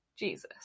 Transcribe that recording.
Jesus